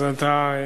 אז אתה,